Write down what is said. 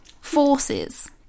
Forces